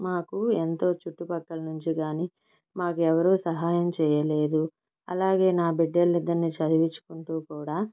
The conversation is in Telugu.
మాకు ఎంతో చుట్టుపక్కల నుంచి కాని మాకు ఎవరు సహాయం చేయలేదు అలాగే నా బిడ్డలిద్దరినీ చదివించుకుంటూ కూడా